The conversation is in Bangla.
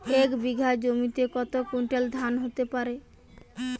এক বিঘা জমিতে কত কুইন্টাল ধান হতে পারে?